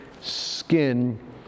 skin